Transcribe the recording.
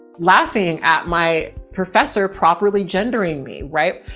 laughing at my professor properly. gendering me. right.